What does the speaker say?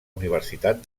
universitat